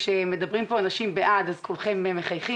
שכשמדברים אנשים בעד אז כולם מחייכים